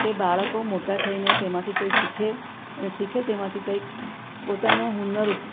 કે બાળકો મોટા થઈને તેમાંથી કંઈ શીખે અને શીખે તેમાંથી કંઈક પોતાનો હુનર